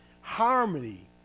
harmony